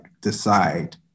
decide